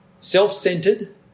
self-centered